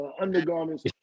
undergarments